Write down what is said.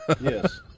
Yes